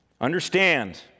Understand